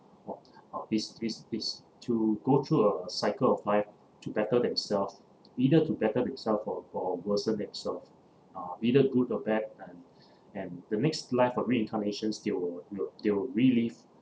or uh is is is to go through a cycle of life to better themselves either to better themselves or or worsen themselves either good or bad lah and the next life of reincarnations they will they will relive